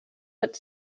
but